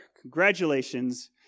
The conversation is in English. congratulations